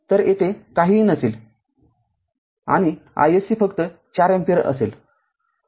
तर येथे काहीही नसेल आणि isc फक्त ४ अँपिअर असेल